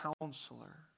Counselor